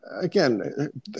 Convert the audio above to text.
again